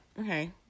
Okay